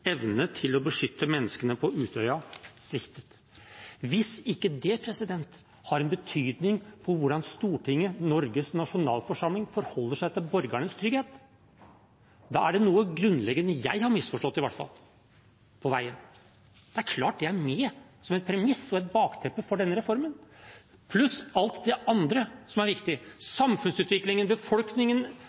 evne til å beskytte menneskene på Utøya sviktet.» Hvis ikke det har en betydning for hvordan Stortinget, Norges nasjonalforsamling, forholder seg til borgernes trygghet, er det noe grunnleggende i hvert fall jeg har misforstått på veien. Det er klart det er med som et premiss og som et bakteppe for denne reformen – pluss alt det andre som er viktig: samfunnsutviklingen